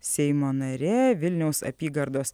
seimo narė vilniaus apygardos